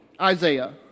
Isaiah